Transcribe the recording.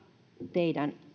teidän